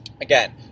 again